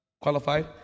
qualified